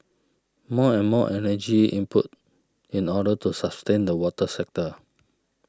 more and more energy input in order to sustain the water sector